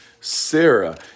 Sarah